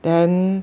then